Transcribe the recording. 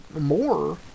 more